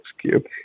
cube